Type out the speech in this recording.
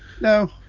No